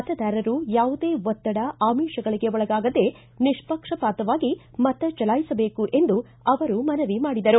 ಮತದಾರರು ಯಾವುದೇ ಒತ್ತಡ ಅಮಿಷಗಳಿಗೆ ಒಳಗಾಗದೆ ನಿಷ್ಟಕ್ಷಪಾತವಾಗಿ ಮತ ಚಲಾಯಿಸಬೇಕು ಎಂದು ಅವರು ಮನವಿ ಮಾಡಿದರು